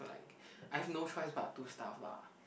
know like I've no choice but to starve lah